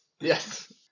Yes